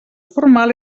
formal